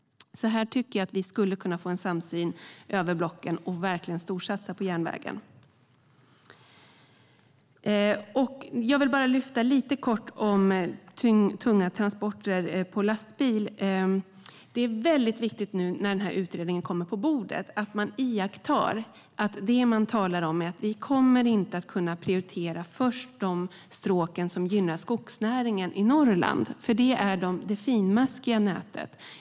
Här skulle vi kunna få en samsyn över blocken och verkligen storsatsa på järnvägen. Jag vill lite kort lyfta fram tunga transporter på lastbil. När utredningen kommer på bordet är det väldigt viktigt att man iakttar att vi inte först kommer att kunna prioritera de stråk som gynnar skogsnäringen i Norrland. Det är det finmaskiga nätet.